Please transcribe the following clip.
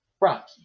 Rocky